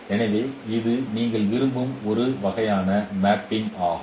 எனவே இது நீங்கள் விரும்பும் ஒரு வகையான மேப்பிங் ஆகும்